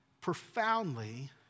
profoundly